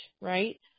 right